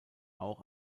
auch